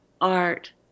art